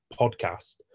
podcast